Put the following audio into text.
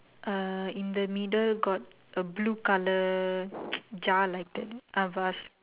ah in the middle got a blue colour jar like that a vase